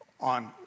on